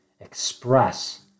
express